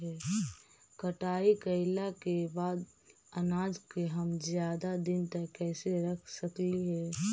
कटाई कैला के बाद अनाज के हम ज्यादा दिन तक कैसे रख सकली हे?